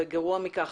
וגרוע מכך,